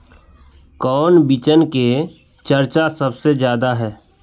कौन बिचन के चर्चा सबसे ज्यादा है?